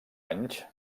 anys